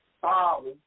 Father